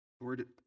Lord